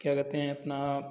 क्या कहते हैं अपना